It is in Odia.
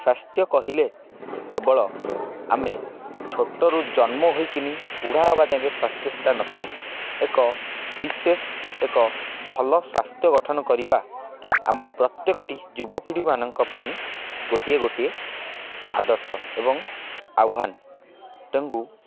ସ୍ୱାସ୍ଥ୍ୟ କହିଲେ କେବଳ ଆମେ ଛୋଟରୁ ଜନ୍ମ ହୋଇକିନି ବୁଢ଼ା ହବା ଯାକେ ସ୍ୱାସ୍ଥ୍ୟ ସେଇଟା ନଥାଏ ଏକ ବିଶେଷ ଏକ ଭଲ ସ୍ୱାସ୍ଥ୍ୟ ଗଠନ କରିବା ଆମ ପ୍ରତ୍ୟେକଟି ଯୁବପିଢ଼ିମାନଙ୍କ ପାଇଁ ଗୋଟିଏ ଗୋଟିଏ ଆଦର୍ଶ ଏବଂ ଆହ୍ୱାନ ଟେଙ୍ଗୁ